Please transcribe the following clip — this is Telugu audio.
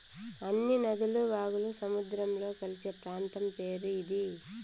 అన్ని నదులు వాగులు సముద్రంలో కలిసే ప్రాంతం పేరు ఇది